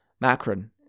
Macron